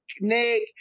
Nick